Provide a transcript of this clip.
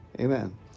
Amen